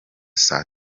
saa